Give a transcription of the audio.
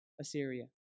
Assyria